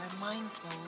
mindful